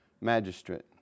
magistrate